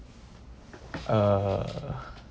uh